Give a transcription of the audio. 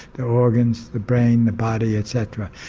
the organs, the brain, the body etc,